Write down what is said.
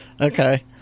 okay